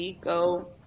Go